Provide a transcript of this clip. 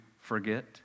forget